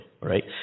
right